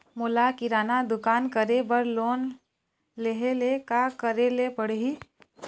मोला किराना दुकान करे बर लोन लेहेले का करेले पड़ही?